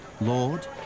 Lord